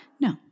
No